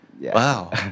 wow